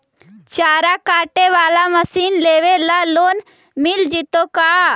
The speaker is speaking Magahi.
चारा काटे बाला मशीन लेबे ल लोन मिल जितै का?